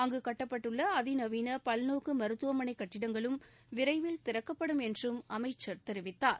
அங்கு கட்டப்பட்டுள்ள அதிநவீன பல்நோக்கு மருத்துவமனை கட்டிடங்களும் விரைவில் திறக்கப்படும் என்றும் அமைச்சர் தெரிவித்தார்